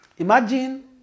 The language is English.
Imagine